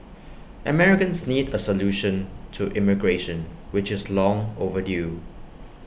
Americans need A solution to immigration which is long overdue